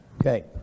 Okay